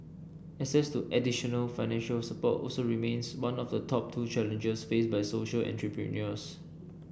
access to additional financial support also remains one of the top two challenges faced by social entrepreneurs